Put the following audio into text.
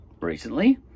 recently